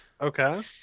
Okay